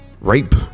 Rape